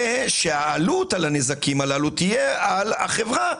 ושהעלות על הנזקים הללו תהיה על החברה.